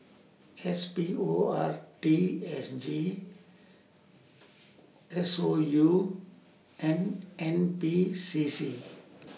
S P O R T S G S O U and N P C C